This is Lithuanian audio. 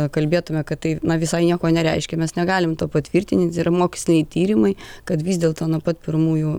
jei kalbėtumėme kad tai visai nieko nereiškia mes negalim to patvirtinti ir moksliniai tyrimai kad vis dėlto nuo pat pirmųjų